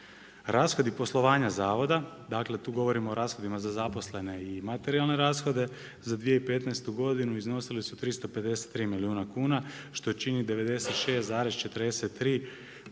Rashodi poslovanja zavoda dakle tu govorimo o rashodima za zaposlene i materijalne rashode za 2015. godinu iznosile su 353 milijuna kuna što čini 96,43% planiranih